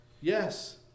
Yes